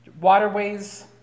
Waterways